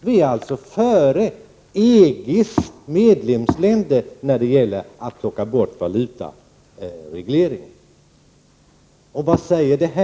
Vi ligger alltså före EG:s medlemsländer när det gäller att plocka bort valutaregleringen. Vad säger detta?